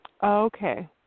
Okay